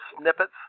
snippets